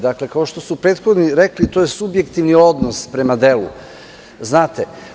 Dakle, kao što su prethodni rekli, to je subjektivni odnos prema delu, znate.